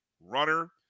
runner